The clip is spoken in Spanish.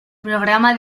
programa